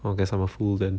oh guess I'm a fool then